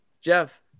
Jeff